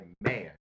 man